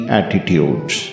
attitudes